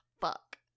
Fuck